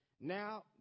Now